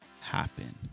happen